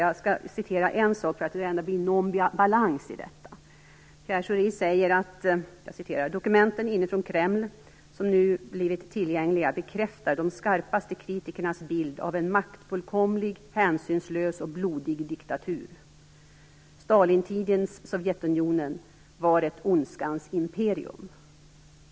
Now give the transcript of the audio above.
Jag skall citera en sak för att det skall bli någon balans i detta. Pierre Schori säger att: "Dokumenten inifrån Kreml som nu blivit tillgängliga bekräftar de skarpaste kritikernas bild av en maktfullkomlig, hänsynslös och blodig diktatur. Stalintidens Sovjetunionen var ett ondskans imperium."